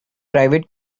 private